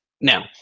Now